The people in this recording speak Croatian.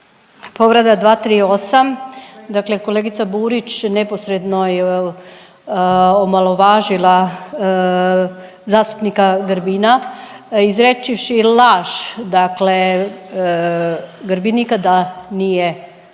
Povreda 238. Dakle, kolegica Burić neposredno je omalovažila zastupnika Grbina izrečivši laž, dakle Grbinika da nije izrekao